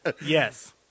yes